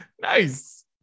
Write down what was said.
Nice